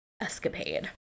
escapade